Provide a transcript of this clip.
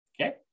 Okay